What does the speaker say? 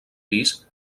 pis